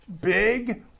big